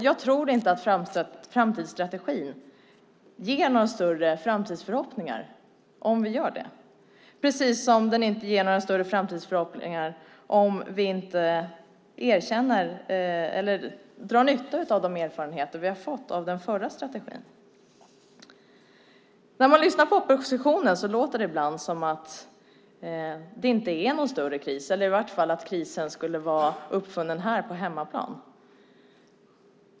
Jag tror inte att framtidsstrategin ger några större framtidsförhoppningar, precis som den inte ger några större framtidsförhoppningar om vi inte drar nytta av de erfarenheter vi har fått av den förra strategin. När man lyssnar på oppositionen låter det ibland som att det inte är någon större kris, i varje fall att krisen skulle vara uppfunnen på hemmaplan.